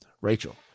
Rachel